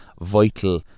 vital